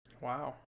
Wow